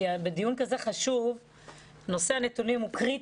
הנתונים בנושא הזה הם מאוד קריטיים.